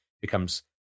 becomes